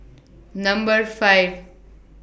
Number five